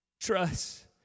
trust